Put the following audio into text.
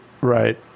Right